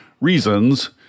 reasons